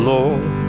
Lord